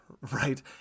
Right